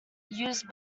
used